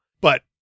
but-